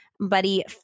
Buddy